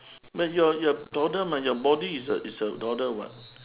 but you're you're toddler mah your body is a is a toddler [what]